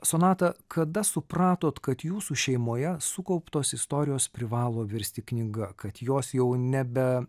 sonata kada supratot kad jūsų šeimoje sukauptos istorijos privalo virsti knyga kad jos jau nebe